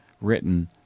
written